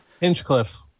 Hinchcliffe